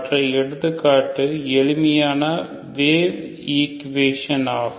மற்ற எடுத்துக்காட்டு எளிமையான வேவ் ஈக்குவேஷன் ஆகும்